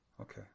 Okay